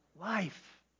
life